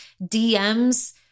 DMs